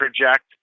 project